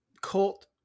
cult